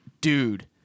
dude